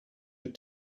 your